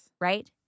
Right